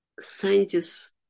scientists